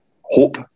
hope